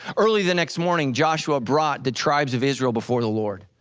early the next morning joshua brought the tribes of israel before the lord.